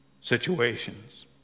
situations